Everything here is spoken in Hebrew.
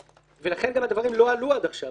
ולכן הדברים לא עלו עד עכשיו.